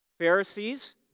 Pharisees